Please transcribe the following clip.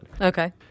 Okay